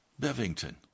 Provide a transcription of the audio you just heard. Bevington